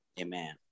Amen